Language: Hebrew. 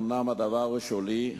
אומנם הדבר הוא שולי,